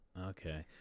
Okay